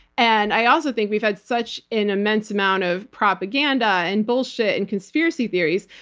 and i also think we've had such an immense amount of propaganda and bullshit and conspiracy theories,